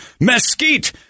mesquite